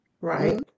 Right